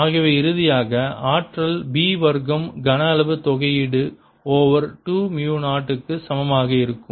ஆகவே இறுதியாக ஆற்றல் B வர்க்கம் கன அளவு தொகையீடு ஓவர் 2 மு 0 க்கு சமமாக இருக்கும்